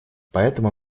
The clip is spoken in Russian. поэтому